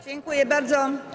Dziękuję bardzo.